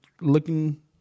looking